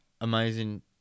Amazing